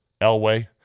Elway